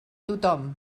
tothom